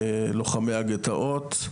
לוחמי הגטאות,